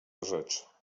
rzecz